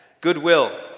Goodwill